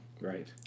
Right